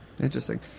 Interesting